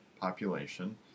population